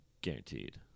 Guaranteed